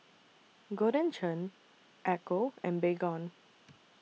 Golden Churn Ecco and Baygon